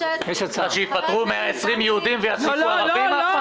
שיפטרו 120 יהודים ויעסיקו ערבים עכשיו?